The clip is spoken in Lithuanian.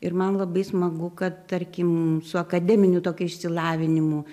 ir man labai smagu kad tarkim su akademiniu tokiu išsilavinimu